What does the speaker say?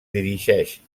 dirigeix